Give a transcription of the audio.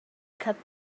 cut